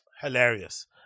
hilarious